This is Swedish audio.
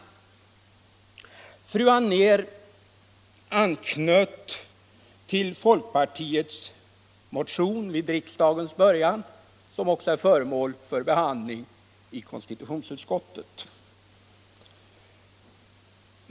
Fru Anér anknöt till folkpartiets motion vid riksdagens början, som också är föremål för behandling i konstitutionsutskottet.